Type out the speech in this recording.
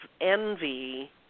envy